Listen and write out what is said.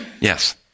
Yes